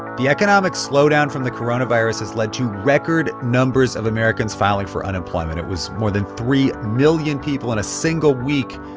the economic slowdown from the coronavirus has led to record numbers of americans filing for unemployment. it was more than three million people in a single week.